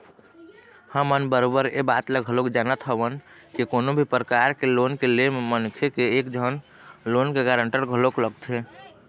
हमन बरोबर ऐ बात ल घलोक जानत हवन के कोनो भी परकार के लोन के ले म मनखे के एक झन लोन के गारंटर घलोक लगथे